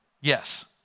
yes